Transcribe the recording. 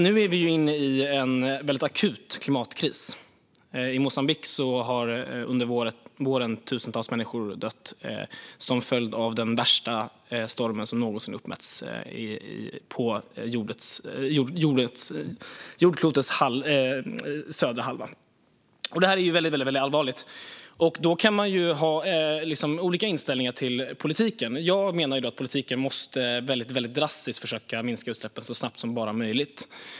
Nu är vi inne i en akut klimatkris. I Moçambique har under våren tusentals människor dött till följd av den värsta stormen som någonsin uppmätts på södra halvklotet. Det här är väldigt allvarligt, och då kan man ha olika inställning till politiken. Jag menar att politiken väldigt drastiskt måste försöka minska utsläppen så snabbt som det bara är möjligt.